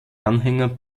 anhänger